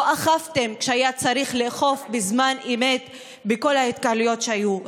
לא אכפתם כשהיה צריך לאכוף בזמן אמת בכל ההתקהלויות שהיו.